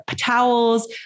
towels